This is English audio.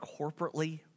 corporately